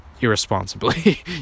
irresponsibly